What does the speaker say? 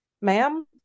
ma'am